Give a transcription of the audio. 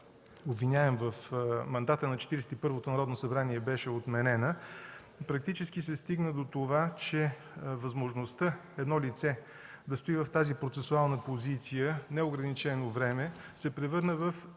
обвиняем в мандата на Четиридесет и първото Народно събрание беше отменена, практически се стигна до това, че възможността едно лице да стои в тази процесуална позиция неограничено време се превърна в